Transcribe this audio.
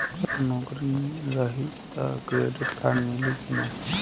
अगर नौकरीन रही त क्रेडिट कार्ड मिली कि ना?